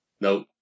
No